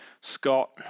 Scott